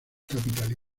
cap